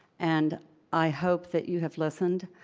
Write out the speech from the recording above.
and i hope that you have listened.